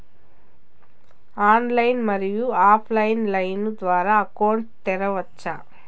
Online, మరియు offline line ద్వారా account తెరవచ్చా?